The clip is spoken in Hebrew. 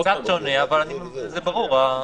קצת שונה אבל זה ברור.